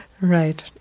Right